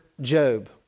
Job